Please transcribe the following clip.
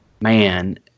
man